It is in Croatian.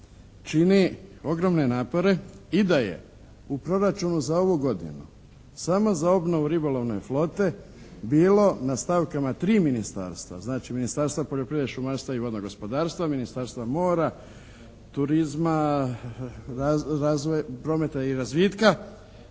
čini ogromne napore i da je u proračunu za ovu godinu samo za obnovu ribolovne flote bilo na stavkama 3 ministarstva. Znači, Ministarstva poljoprivrede, šumarstva i vodnog gospodarstva, Ministarstva mora, turizma, prometa i razvitka